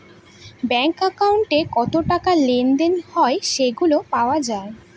bank একাউন্টে কত টাকা লেনদেন হয় সেগুলা পাওয়া যায়